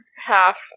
Half